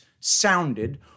sounded